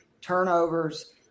turnovers